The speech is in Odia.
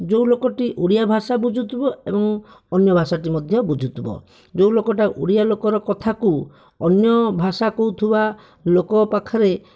ଯେଉଁ ଲୋକଟି ଓଡ଼ିଆ ଭାଷା ବୁଝୁଥିବ ଏବଂ ଅନ୍ୟ ଭାଷାଟି ମଧ୍ୟ ବୁଝୁଥିବ ଯେଉଁ ଲୋକଟା ଓଡ଼ିଆ ଲୋକର କଥାକୁ ଅନ୍ୟ ଭାଷା କହୁଥିବା ଲୋକ ପାଖରେ